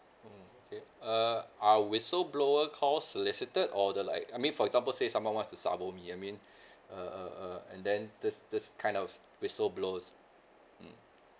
mm okay err are whistle blower call solicited or they are like I mean for example say someone wants to sabo me I mean uh uh uh and then this this kind of whistleblowers mm